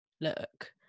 look